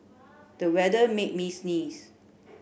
the weather made me sneeze